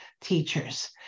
teachers